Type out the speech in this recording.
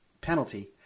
penalty